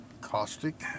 Caustic